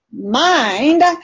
mind